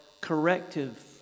corrective